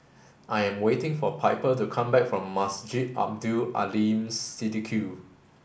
I am waiting for Piper to come back from Masjid Abdul Aleem Siddique